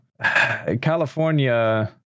California